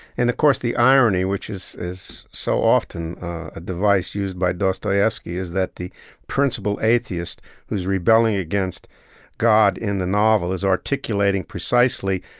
and of course, the irony, which is is so often a device used by dostoevsky, is that the principal atheist who's rebelling against god in the novel is articulating precisely